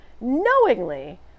knowingly